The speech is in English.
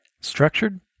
structured